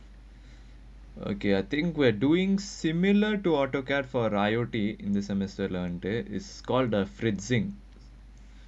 okay I think we're doing similar to autocad for royalty in the semester learnt that is called the freezing